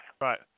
right